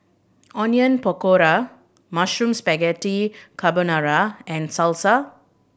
Onion Pakora Mushroom Spaghetti Carbonara and Salsa